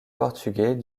portugais